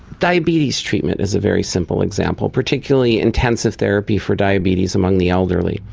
diabetes treatment is a very simple example, particularly intensive therapy for diabetes among the elderly.